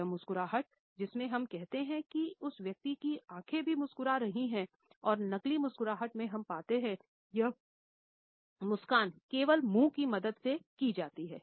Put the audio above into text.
यह मुस्कुराहट जिसमें हम कहते हैं कि उस व्यक्ति की आँखें भी मुस्कुरा रही थीं और नकली मुस्कुराहट में हम पाते हैं यह मुस्कान केवल मुंह की मदद से दी जाती है